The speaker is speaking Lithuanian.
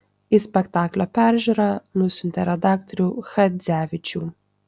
į spektaklio peržiūrą atsiuntė redaktorių chadzevičių